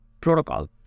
protocol